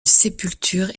sépultures